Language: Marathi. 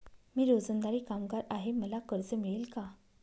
मी रोजंदारी कामगार आहे मला कर्ज मिळेल का?